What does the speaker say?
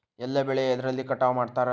ಎಲ್ಲ ಬೆಳೆ ಎದ್ರಲೆ ಕಟಾವು ಮಾಡ್ತಾರ್?